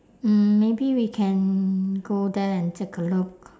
mm maybe we can go there and take a look